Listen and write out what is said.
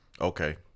Okay